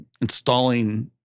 installing